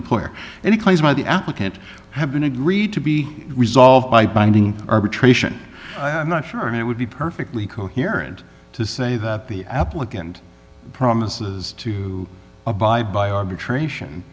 employer any claims by the applicant have been agreed to he resolved by binding arbitration i'm not sure if it would be perfectly coherent to say that the applicant promises to abide by arbitration